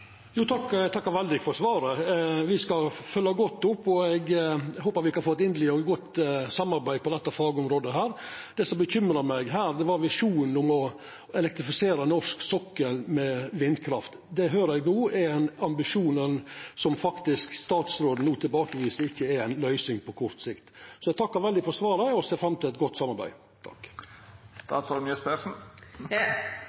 Eg takkar veldig for svaret. Me skal følgja godt opp, og eg håpar me kan få eit godt samarbeid på dette fagområdet. Det som bekymra meg, var visjonen om å elektrifisera den norske sokkelen med vindkraft. Det høyrer eg no er ein ambisjon som statsråden faktisk tilbakeviser som ei løysing på kort sikt. Så eg takkar veldig for svaret og ser fram til eit godt samarbeid.